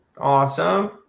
Awesome